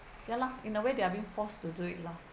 ya lah in a way they are being forced to do it lah